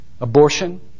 Abortion